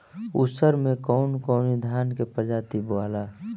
उसर मै कवन कवनि धान के प्रजाति बोआला?